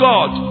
God